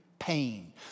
pain